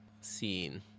seen